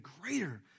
greater